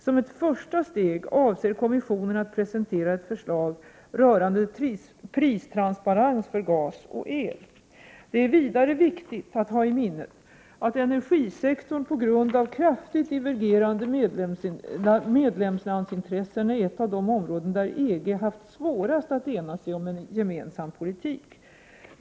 Som ett första steg avser kommissionen att presentera ett förslag rörande pristransparens för gas och el. Det är vidare viktigt att ha i minnet att energisektorn på grund av kraftigt divergerande medlemslandsintressen är ett av de områden där EG haft svårast att ena sig om en gemensam politik.